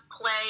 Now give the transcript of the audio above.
play